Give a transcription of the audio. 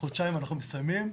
חודשיים אנחנו מתכוונים לסיים.